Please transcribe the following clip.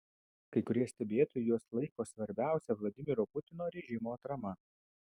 kai kurie stebėtojai juos laiko svarbiausia vladimiro putino režimo atrama